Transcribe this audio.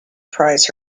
prize